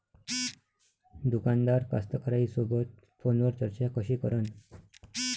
दुकानदार कास्तकाराइसोबत फोनवर चर्चा कशी करन?